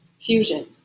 fusion